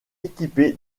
équipée